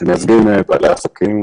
שמייצגים בעלי עסקים.